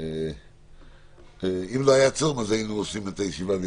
היינו עושים אותה אז.